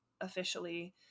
officially